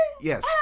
Yes